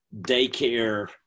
daycare